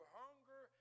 hunger